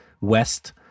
west